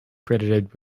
credited